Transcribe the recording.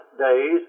days